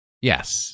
Yes